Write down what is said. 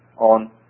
on